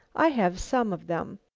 i have some of them.